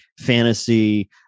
fantasy